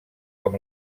com